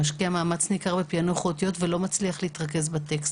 הוא היה משקיע מאמץ ניכר בפיענוח אותיות ולא היה מצליח להתרכז בטקסט.